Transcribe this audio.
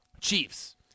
Chiefs